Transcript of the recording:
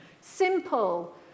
simple